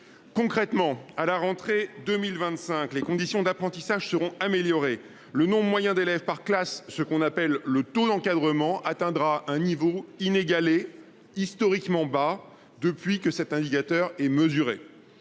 Concrètement, à la rentrée 2025, les conditions d’apprentissage seront améliorées. Le nombre moyen d’élèves par classe, c’est à dire le taux d’encadrement, atteindra un niveau historiquement bas, inégalé depuis que cet indicateur est mesuré